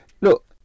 look